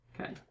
Okay